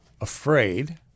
afraid